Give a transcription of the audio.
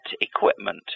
equipment